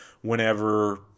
whenever